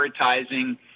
prioritizing